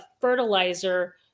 fertilizer